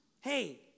Hey